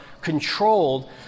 controlled